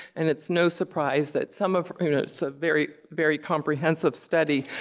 and it's no surprise that some of, you know it's a very, very comprehensive study,